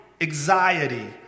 anxiety